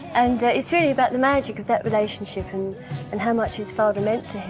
and it's really about the magic of that relationship and how much his father meant to him.